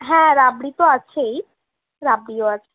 হ্যাঁ রাবড়ি তো আছেই রাবড়িও আছে